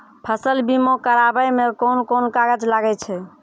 फसल बीमा कराबै मे कौन कोन कागज लागै छै?